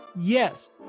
Yes